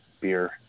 beer